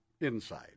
inside